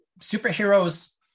superheroes